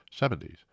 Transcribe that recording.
70s